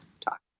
talk